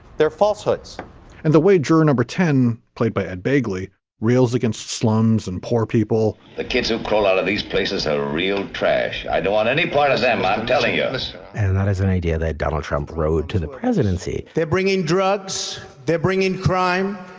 they're falsehoods and the way juror number ten played by ed begley rails against slums and poor people the kids who call out of these places have real trash. i don't want any part of them, i'm telling us and that is an idea that donald trump rode to the presidency they're bringing drugs. they're bringing crime.